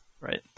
Right